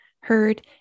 heard